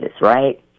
right